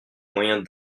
moyens